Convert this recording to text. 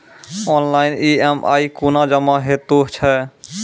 Online EMI कूना जमा हेतु छै?